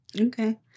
Okay